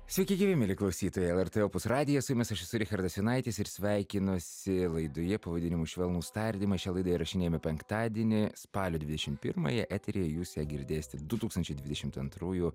sveiki gyvi mieli klausytojai lrt opus radijuj su jumis aš esu richardas jonaitis ir sveikinuosi laidoje pavadinimu švelnūs tardymai šią laidą įrašinėjame penktadienį spalio dvidešimt pirmąją eteryje jūs ją girdėsite du tūkstančiai dvidešimt antrųjų